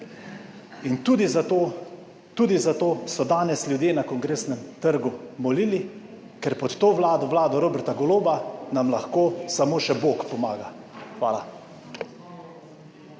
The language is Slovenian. tudi zato so danes ljudje na Kongresnem trgu molili, ker pod to Vlado, vlado Roberta Goloba nam lahko samo še bog pomaga. Hvala.